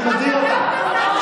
אני מזהיר אותך.